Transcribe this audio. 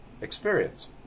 experience